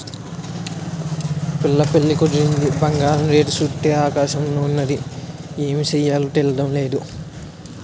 పిల్ల పెళ్లి కుదిరింది బంగారం రేటు సూత్తే ఆకాశంలోన ఉన్నాది ఏమి సెయ్యాలో తెల్డం నేదు